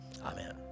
Amen